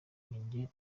ninjye